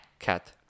Cat